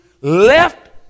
left